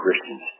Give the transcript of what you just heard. Christians